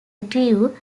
grew